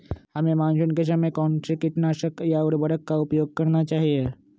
हमें मानसून के समय कौन से किटनाशक या उर्वरक का उपयोग करना चाहिए?